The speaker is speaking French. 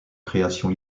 création